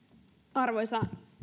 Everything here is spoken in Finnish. arvoisa